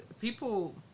People